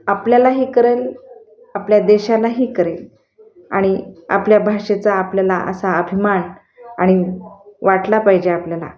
आपल्यालाही करेल आपल्या देशालाही करेल आणि आपल्या भाषेचा आपल्याला असा अभिमान आणि वाटला पाहिजे आपल्याला